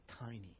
tiny